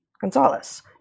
Gonzalez